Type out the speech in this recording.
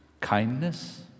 kindness